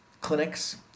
clinics